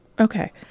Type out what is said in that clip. Okay